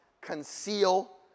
conceal